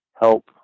help